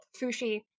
Fushi